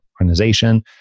organization